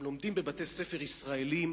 הם לומדים בבתי-ספר ישראליים.